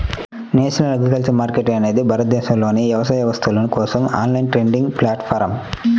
national agriculture market అనేది భారతదేశంలోని వ్యవసాయ వస్తువుల కోసం ఆన్లైన్ ట్రేడింగ్ ప్లాట్ఫారమ్